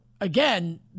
again